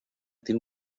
tiene